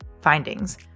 Findings